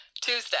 Tuesday